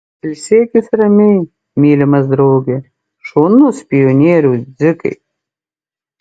ilsėkis ramiai mylimas drauge šaunus pionieriau dzikai